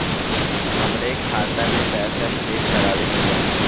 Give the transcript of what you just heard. हमरे खाता मे पैसा चेक करवावे के बा?